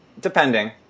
Depending